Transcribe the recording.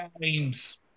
games